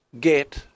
get